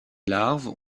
larves